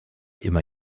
immer